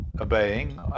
obeying